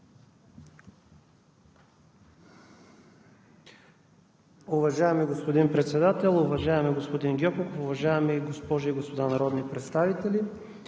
Уважаеми господин Председател, уважаеми господин Гьоков, уважаеми госпожи и господа народни представители!